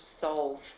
solve